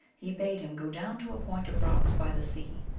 he bade him go down to a point of rocks by the sea,